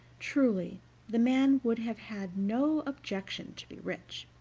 truly the man would have had no objection to be rich,